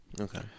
Okay